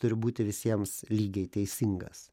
turi būti visiems lygiai teisingas